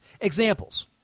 Examples